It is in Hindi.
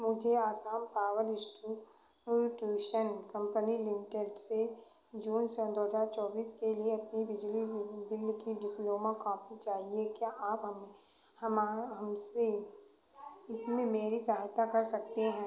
मुझे Assam power distribution company limited से जून सन दो हजार चौबीस के लिए अपने बिजली बिल्ल की डुपलियोमा कॉपी चाहिए क्या आप हम हमा हमसे इसमें मेरी सहायता कर सकते हैं